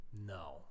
No